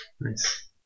Nice